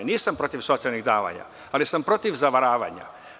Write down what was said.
Nisam protiv socijalnih davanja, ali sam protiv zavaravanja.